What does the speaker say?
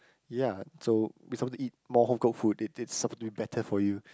ya so we supposed to eat more home cooked food it it's supposed to be better for you